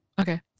Okay